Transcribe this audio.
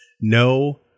no